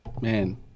man